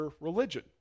religion